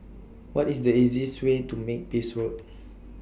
What IS The easiest Way to Makepeace Road